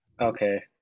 okay